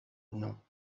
non